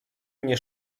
mnie